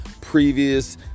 previous